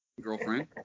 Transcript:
Girlfriend